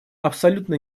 абсолютно